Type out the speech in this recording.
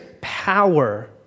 power